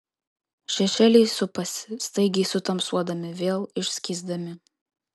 šešėliai supasi staigiai sutamsuodami vėl išskysdami